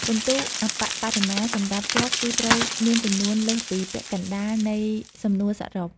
ពិន្ទុអប្បបរមាសម្រាប់ជាប់គឺត្រូវមានចំនួនលើសពីពាក់កណ្ដាលនៃសំណួរសរុប។